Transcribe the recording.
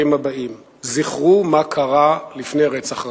הבאים: זכרו מה קרה לפני רצח רבין.